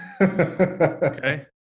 Okay